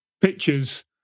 pictures